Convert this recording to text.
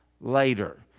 later